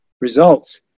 results